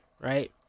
right